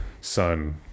son